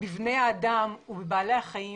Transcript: בבני אדם ובבעלי החיים